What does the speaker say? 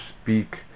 speak